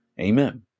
Amen